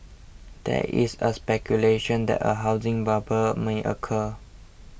there is a speculation that a housing bubble may occur